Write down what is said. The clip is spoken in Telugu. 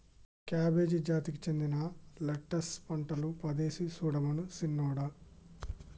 కాబేజి జాతికి సెందిన లెట్టస్ పంటలు పదేసి సుడమను సిన్నోడా